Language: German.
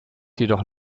jedoch